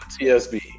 TSB